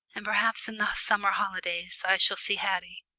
and perhaps in the summer holidays i shall see haddie.